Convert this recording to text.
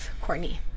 Courtney